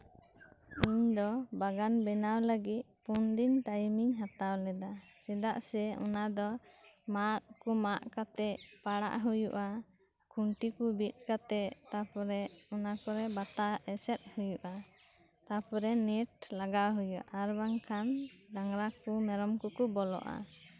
ᱛᱮᱦᱤᱧ ᱫᱚ ᱵᱟᱜᱟᱱ ᱵᱮᱱᱟᱣ ᱞᱟᱹᱜᱤᱫ ᱯᱳᱱ ᱫᱤᱱ ᱴᱟᱭᱤᱢᱤᱧ ᱦᱟᱛᱟᱣ ᱞᱮᱫᱟ ᱪᱮᱫᱟᱜ ᱥᱮ ᱚᱱᱟ ᱫᱚ ᱢᱟᱫ ᱠᱚ ᱢᱟᱜᱽ ᱠᱟᱛᱮᱜ ᱯᱟᱲᱟᱜ ᱦᱩᱭᱩᱜᱼᱟ ᱠᱷᱩᱱᱴᱤ ᱠᱚ ᱵᱤᱫ ᱠᱟᱛᱮᱜ ᱛᱟᱨᱯᱚᱨᱮ ᱚᱱᱟ ᱠᱚᱨᱮᱜ ᱵᱟᱛᱟ ᱮᱥᱮᱫ ᱦᱩᱭᱩᱜᱼᱟ ᱛᱟᱨᱯᱚᱨᱮ ᱱᱮᱴ ᱞᱟᱜᱟᱣ ᱦᱩᱭᱩᱜᱼᱟ ᱟᱨ ᱵᱟᱝᱠᱷᱟᱱ ᱰᱟᱝᱨᱟ ᱠᱚ ᱢᱮᱨᱚᱢ ᱠᱚᱠᱚ ᱵᱚᱞᱚᱜᱼᱟ